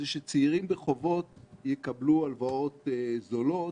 צעירים בחובות יקבלו הלוואות זולות